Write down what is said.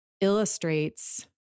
illustrates